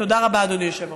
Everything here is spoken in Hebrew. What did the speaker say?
תודה רבה, אדוני היושב-ראש.